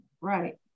Right